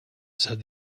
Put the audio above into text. said